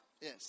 Yes